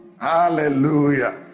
Hallelujah